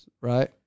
right